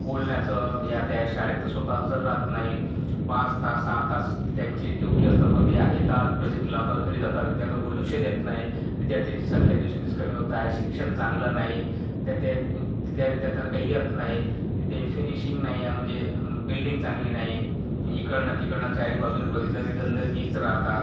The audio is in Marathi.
बोलण्याचं ह्या त्या शाळेत स्वतः हजर राहात नाही पाच तास सहा तास त्यांची ड्यूटी असते पण ते येतात प्रेझेंटी लावतात घरी जातात विद्यार्थ्याकडे कोणी लक्ष देत नाही विद्यार्थ्यांची संख्या दिवसेंदिवस कमी होत आहे शिक्षण चांगलं नाही त्याचे कुठल्या विद्यार्थ्यांना काही येत नाही तिथे फिनिशिंग नाही आहे म्हणजे बिल्डिंग चांगली नाही इकडनं तिकडनं चारीबाजूनं बघितलं की गंदगीच राहतात